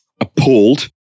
Appalled